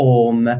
om